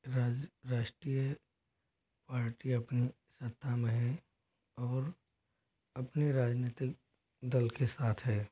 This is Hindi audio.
राज्य राष्ट्रीय पार्टी अपनी सत्ता में है और अपने राजनीतिक दल के साथ है